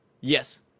Yes